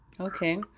Okay